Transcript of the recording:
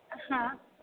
हा